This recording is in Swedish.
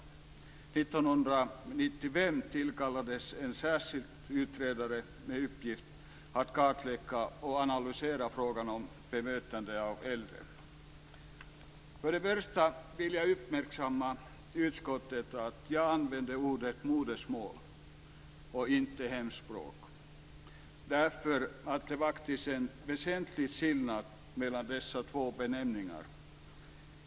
1995 tillkallades en särskild utredare med uppgift att kartlägga och analysera frågan om bemötande av äldre. Till att börja med vill jag uppmärksamma utskottet på att jag använder ordet modersmål och inte hemspråk. Det är faktiskt en väsentlig skillnad mellan dessa två benämningar.